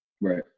Right